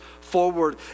forward